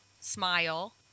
Smile